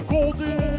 Golden